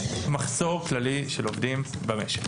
מחסור כללי של עובדים במשק.